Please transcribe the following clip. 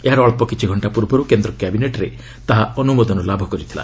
ଏହାର ଅଳ୍ପ କିଛି ଘଣ୍ଟା ପୂର୍ବରୁ କେନ୍ଦ୍ର କ୍ୟାବିନେଟ୍ରେ ତାହା ଅନୁମୋଦନ ଲାଭ କରିଥିଲା